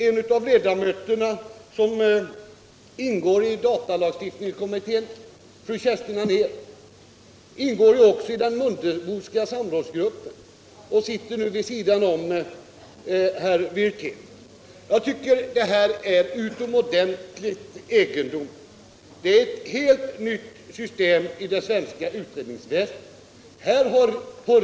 En av ledamöterna i datalagstiftningskommittén, fru Kerstin Anér, som nu sitter vid sidan av herr Wirtén, ingår också i den Mundeboska samrådsgruppen. Jag tycker detta är utomordentligt egendomligt. Det är ett helt nytt system i det svenska utredningsväsendet.